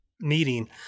meeting